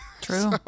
True